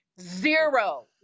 zero